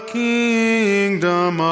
kingdom